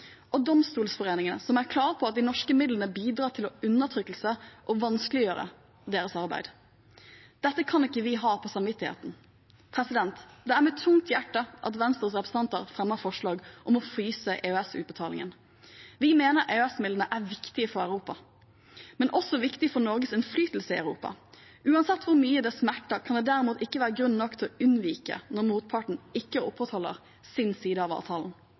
og på domstolforeningen, som er klar på at de norske midlene bidrar til undertrykkelse og vanskeliggjør arbeidet deres. Dette kan vi ikke ha på samvittigheten. Det er med tungt hjerte at Venstres representanter fremmer forslag om å fryse EØS-utbetalingen. Vi mener EØS-midlene er viktige for Europa, men de er også viktige for Norges innflytelse i Europa. Uansett hvor mye det smerter, kan det ikke være grunn nok til å unnvike når motparten ikke opprettholder sin side av avtalen.